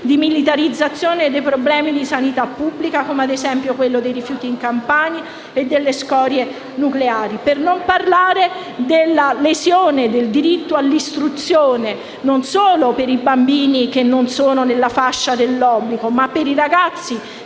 di militarizzazione dei problemi di sanità pubblica, come quelli dei rifiuti in Campania e delle scorie nucleari. Per non parlare della lesione del diritto all'istruzione, non solo per i bambini che non sono nella fascia dell'obbligo, ma per i ragazzi